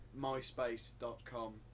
Myspace.com